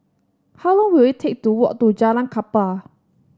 how long will it take to walk to Jalan Kapal